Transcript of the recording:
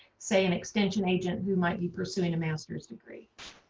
say an extension agent who might be pursuing a master's degree?